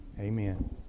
amen